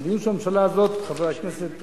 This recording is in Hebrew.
המדיניות של הממשלה הזאת, חבר הכנסת רותם,